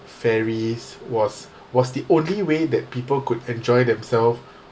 fairies was was the only way that people could enjoy them self